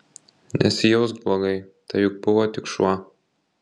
nesijausk blogai tai juk buvo tik šuo